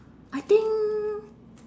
I think